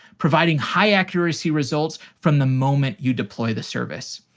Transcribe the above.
providing high accuracy results from the moment you deploy the service.